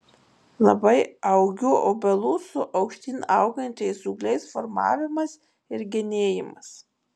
labai augių obelų su aukštyn augančiais ūgliais formavimas ir genėjimas